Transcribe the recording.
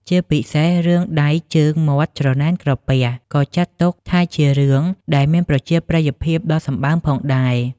ជាពិសេសរឿងដៃ ជើង មាត់ច្រណែនក្រពះ ក៏ចាត់ទុកថាជារឿងដែលមានប្រជាប្រិយភាពដ៏សម្បើមផងដែរ។